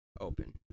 Open